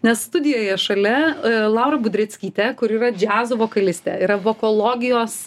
nes studijoje šalia laura budreckytė kur yra džiazo vokalistė yra vokologijos